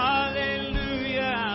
Hallelujah